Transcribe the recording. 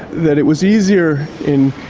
that it was easier in,